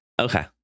Okay